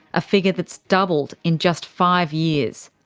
a figure that's doubled in just five years.